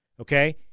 Okay